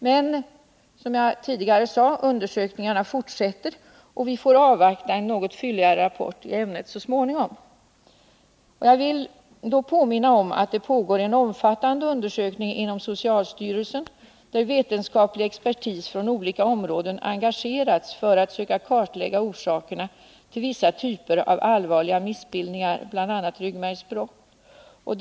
Men undersökningarna fortsätter, som jag tidigare sade, och vi får avvakta en något fylligare rapport i ämnet så småningom. Jag vill påminna om att det pågår en omfattande undersökning inom socialstyrelsen, där vetenskaplig expertis från olika områden engagerats för att söka kartlägga orsakerna till vissa typer av allvarliga missbildningar, bl.a. ryggmärgsbråck.